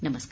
नमस्कार